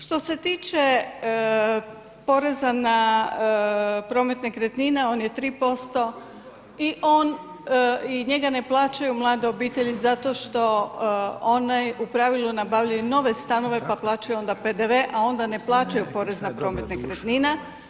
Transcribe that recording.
Što se tiče poreza na promet nekretnina, on je 3% i on, njega ne plaćaju mlade obitelji zato što one u pravilu nabavljaju nove stanove pa plaćaju onda PDV, a onda ne plaćaju porez na promet nekretnina.